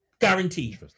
Guaranteed